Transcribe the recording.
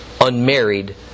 unmarried